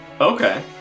Okay